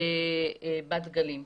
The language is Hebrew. ובת גלים.